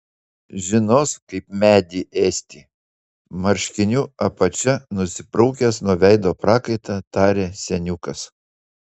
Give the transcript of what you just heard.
žinos kaip medį ėsti marškinių apačia nusibraukęs nuo veido prakaitą tarė seniukas